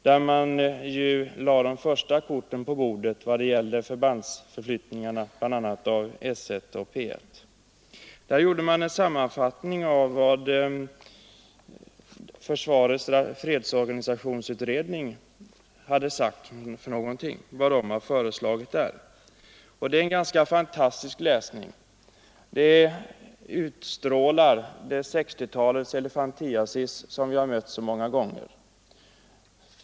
Där lade man de första korten på bordet i fråga om förflyttningarna av förband — bl.a. av S 1 och P 1. Det gjordes sålunda en sammanfattning av vad försvarets fredsorganisationsutredning hade föreslagit. Detta är en ganska fantastisk läsning som ger en bild av 1960-talets elefantiasis som vi har mött så mycket av.